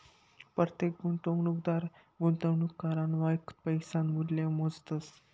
परतेक गुंतवणूकदार गुंतवणूक करानं वखत पैसासनं मूल्य मोजतस